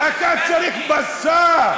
אתה צריך בשר.